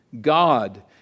God